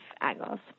angles